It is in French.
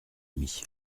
demi